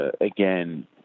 again